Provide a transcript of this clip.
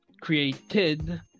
created